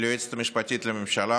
ליועצת המשפטית לממשלה